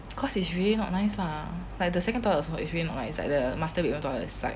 cause it's really not nice lah like the second toilet also really not nice like the master toilet we want to have a site